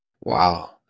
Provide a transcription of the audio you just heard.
Wow